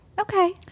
Okay